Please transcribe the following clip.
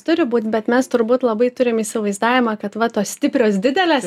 turi būt bet mes turbūt labai turim įsivaizdavimą kad va tos stiprios didelės